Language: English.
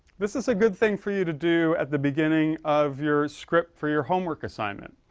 this is a good thing for you to do at the beginning of your script for your homework assignment.